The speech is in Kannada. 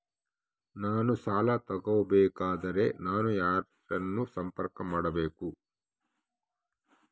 ನಾನು ಸಾಲ ತಗೋಬೇಕಾದರೆ ನಾನು ಯಾರನ್ನು ಸಂಪರ್ಕ ಮಾಡಬೇಕು?